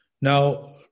Now